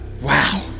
Wow